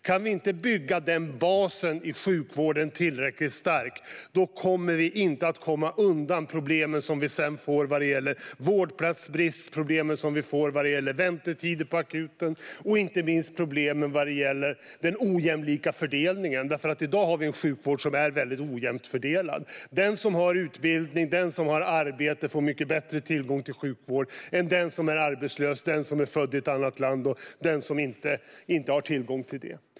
Om vi inte kan bygga den basen i sjukvården tillräckligt stark kommer vi inte att kunna komma undan de problem som vi sedan får vad gäller vårdplatsbrist, väntetider på akuten och inte minst den ojämlika fördelningen. I dag har vi en sjukvård som är ojämnt fördelad. Den som har utbildning och den som har arbete får mycket bättre tillgång till sjukvård än den som är arbetslös och den som är född i ett annat land.